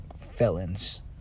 felons